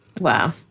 Wow